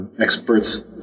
experts